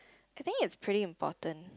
I think it's pretty important